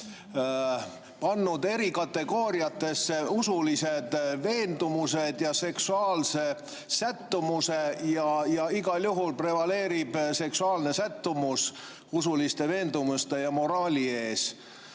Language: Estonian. pannud eri kategooriatesse usulised veendumused ja seksuaalse sättumuse ning igal juhul prevaleerib seksuaalne sättumus usuliste veendumuste ja moraali ees.